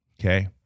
Okay